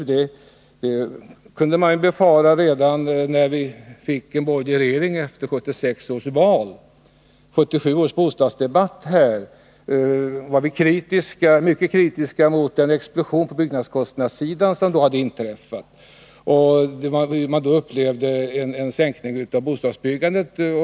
Vi kunde befara detta redan när vi fick en borgerlig regering efter 1976 års val. I 1977 års bostadsdebatt var vi mycket kritiska mot den explosion som hade inträffat på byggnadskostnadssidan. Vi anade och upplevde sedan en minskning i bostadsbyggandet.